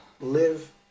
live